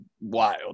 wild